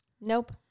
Nope